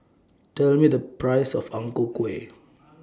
Tell Me The Price of Ang Ku Kueh